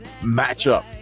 matchup